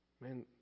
Man